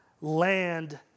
land